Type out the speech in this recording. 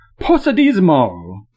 Posadismo